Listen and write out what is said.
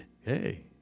hey